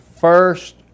first